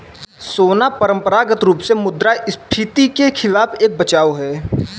सोना परंपरागत रूप से मुद्रास्फीति के खिलाफ एक बचाव है